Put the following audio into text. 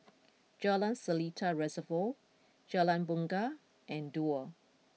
Jalan Seletar Reservoir Jalan Bungar and Duo